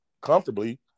comfortably